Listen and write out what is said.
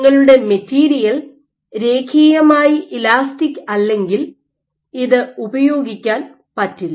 നിങ്ങളുടെ മെറ്റീരിയൽ രേഖീയമായി ഇലാസ്റ്റിക് അല്ലെങ്കിൽ ഇത് ഉപയോഗിക്കാൻ പറ്റില്ല